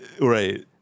Right